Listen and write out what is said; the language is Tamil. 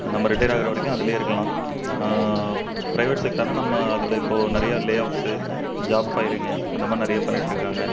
நம்ம ரிட்டேர் ஆகிற வரைக்கும் அதிலே இருக்கலாம் ப்ரைவேட் செக்டார்னால் நம்ம அதில் இப்போது நிறையா லே ஆஃப்ஸு ஜாப் ஃபயரிங்கு அந்த மாதிரி நிறையா பண்ணிகிட்ருக்காங்க